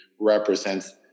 represents